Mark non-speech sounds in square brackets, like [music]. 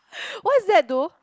[laughs] what is that though